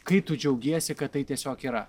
kai tu džiaugiesi kad tai tiesiog yra